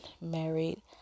married